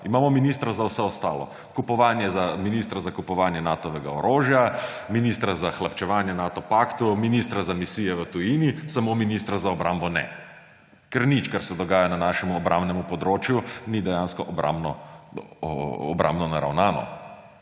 Imamo ministra za vse ostalo: ministra za kupovanje Natovega orožja, ministra hlapčevanje Nato paktu, ministra za misije v tujini ‒ samo ministra za obrambo ne. Ker nič, kar se dogaja na našem obrambnem področju, ni dejansko obrambno naravnano.